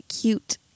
cute